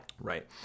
Right